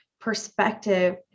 perspective